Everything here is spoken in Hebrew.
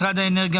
משרד האנרגיה,